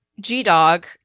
G-Dog